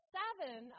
seven